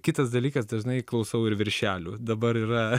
kitas dalykas dažnai klausau ir viršelių dabar yra